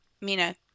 Mina